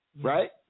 right